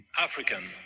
African